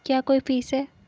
क्या कोई फीस है?